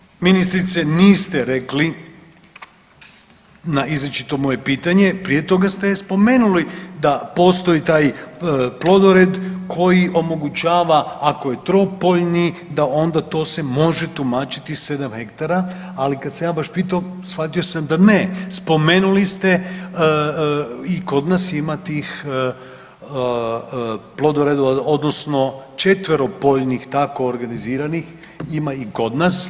Ponovit ću ministrice, niste rekli na izričito moje pitanje, prije toga ste je spomenuli da postoji taj plodored koji omogućava, ako je tropoljni da onda to se može tumačiti 7 hektara, ali kad sam ja baš pitao, shvatio sam da ne, spomenuli ste i kod nas ima tih plodoredova odnosno četveropoljnih tako organiziranih, ima i kod nas.